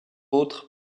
autres